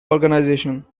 organization